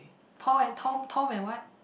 Paul and Tom Tom and what